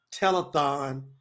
Telethon